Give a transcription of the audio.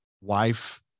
wife